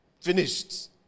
finished